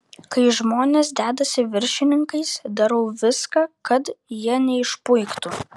kai žmonės dedasi viršininkais darau viską kad jie neišpuiktų